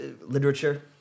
literature